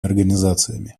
организациями